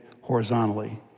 horizontally